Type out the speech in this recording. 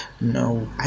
no